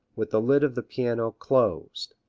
with the lid of the piano closed.